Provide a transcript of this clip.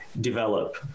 develop